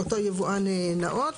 אותו יבואן נאות.